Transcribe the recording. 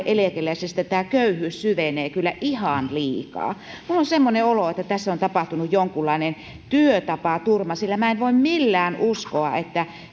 eläkeläisistä köyhyys syvenee kyllä ihan liikaa minulla on semmoinen olo että tässä on tapahtunut jonkunlainen työtapaturma sillä en voi millään uskoa että